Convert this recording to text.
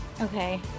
Okay